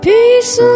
Peace